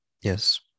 Yes